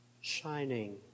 shining